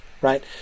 Right